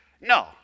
No